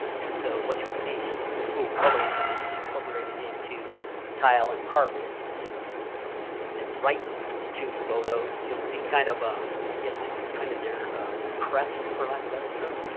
and so what you'll see is school colors incorporated into tile and carpet. and right two photos, you'll see kind of ah i guess it's kind of their crest, for lack of a better term,